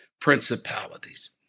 principalities